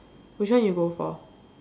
which one you go for